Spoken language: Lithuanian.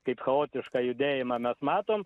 kaip chaotišką judėjimą mes matom